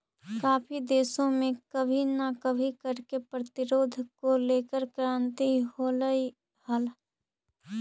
काफी देशों में कभी ना कभी कर के प्रतिरोध को लेकर क्रांति होलई हल